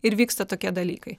ir vyksta tokie dalykai